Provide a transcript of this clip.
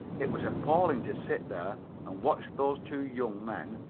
it was appalling to sit there and watch those two young men,